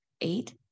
eight